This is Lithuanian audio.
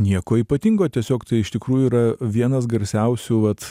nieko ypatingo tiesiog tai iš tikrųjų yra vienas garsiausių vat